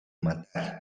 matar